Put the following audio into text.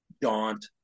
daunt